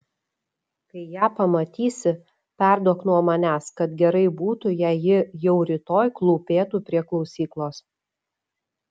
kai ją pamatysi perduok nuo manęs kad gerai būtų jei ji jau rytoj klūpėtų prie klausyklos